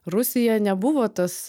rusija nebuvo tas